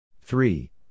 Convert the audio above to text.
three